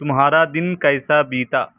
تمہارا دن کیسا بیتا